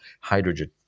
hydrogen